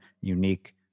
unique